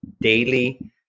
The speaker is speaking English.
daily